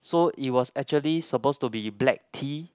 so it was actually supposed to be black tea